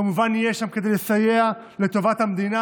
כמובן שנהיה שם כדי לסייע לטובת המדינה,